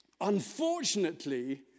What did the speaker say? Unfortunately